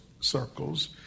circles